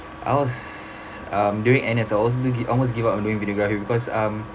I was um during N_S I almost gi~ almost give up on doing videography because um